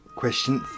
Question